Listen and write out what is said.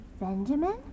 Benjamin